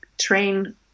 train